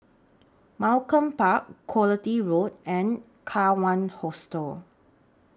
Malcolm Park Quality Road and Kawan Hostel